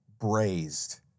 braised